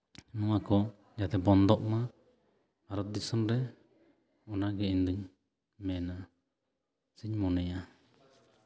ᱱᱚᱣᱟ ᱠᱚ ᱡᱟᱛᱮ ᱵᱚᱱᱫᱚᱜ ᱢᱟ ᱵᱷᱟᱨᱚᱛ ᱫᱤᱥᱚᱢᱨᱮ ᱚᱱᱟ ᱜᱮ ᱤᱧ ᱫᱩᱧ ᱢᱮᱱᱟ ᱥᱮᱧ ᱢᱚᱱᱮᱭᱟ